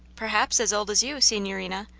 perhaps as old as you, signorina,